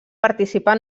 participar